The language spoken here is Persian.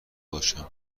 باشم